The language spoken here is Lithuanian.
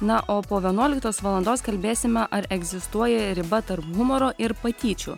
na o po vienuoliktos valandos kalbėsime ar egzistuoja riba tarp humoro ir patyčių